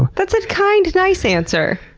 but that's a kind, nice answer!